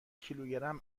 کیلوگرم